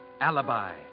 alibi